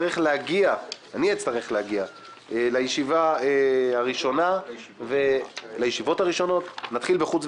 לסעיף א' בסדר היום: בחירת ועדה זמנית לענייני כספים